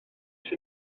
sydd